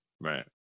right